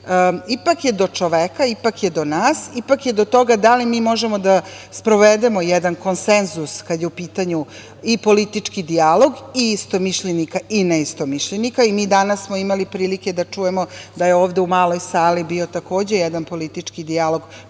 ipak je do čoveka, ipak je do nas, ipak je do toga da li mi možemo da sprovedemo jedan konsenzus kada je u pitanju i politički dijalog i istomišljenika i neistomišljenika. Mi smo danas imali prilike da čujemo da je ovde u Maloj sali bio takođe jedan politički dijalog